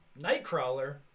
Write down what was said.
nightcrawler